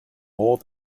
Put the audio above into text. more